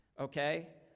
Okay